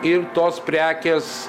ir tos prekės